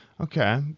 Okay